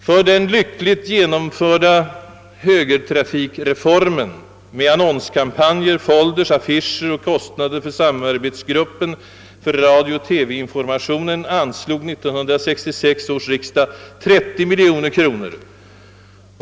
För den lyckligt genomförda högertrafikreformen med annonskampanjer, folders, affischer och kostnader för samarbetsgruppen för radiooch TV-information anslog 1966 års riksdag 30 miljoner kronor.